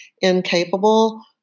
incapable